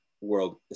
world